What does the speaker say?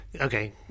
okay